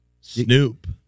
Snoop